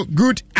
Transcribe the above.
good